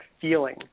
feeling